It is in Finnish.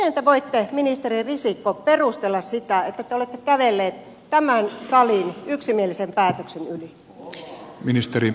miten te voitte ministeri risikko perustella sitä että te olette kävelleet tämän salin yksimielisen päätöksen yli